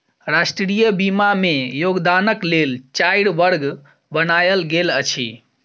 राष्ट्रीय बीमा में योगदानक लेल चाइर वर्ग बनायल गेल अछि